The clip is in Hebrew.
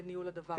לניהול הדבר הזה.